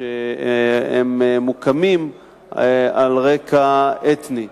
שמוקמים על רקע אתני.